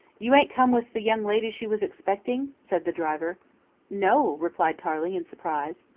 you ain't come with the young lady she was expecting? said the driver no, replied tarling in surprise.